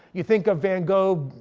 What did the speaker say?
you think of van gogh,